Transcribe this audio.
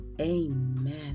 amen